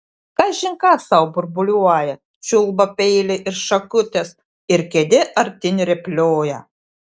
kažin ką sau burbuliuoja čiulba peiliai ir šakutės ir kėdė artyn rėplioja